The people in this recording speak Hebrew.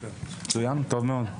מצוין, טוב מאוד.